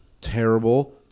Terrible